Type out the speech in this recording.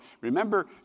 Remember